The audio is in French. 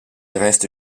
reste